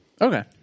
Okay